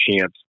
chance